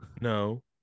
No